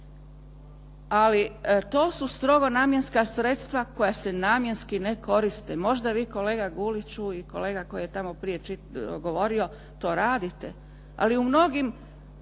Ali to su strogo namjenska sredstva koja se namjenski ne koriste. Možda vi, kolega Guliću i kolega koji je tamo prije govorio, to radite, ali u mnogim